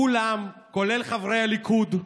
כולם, כולל חברי הליכוד,